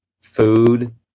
food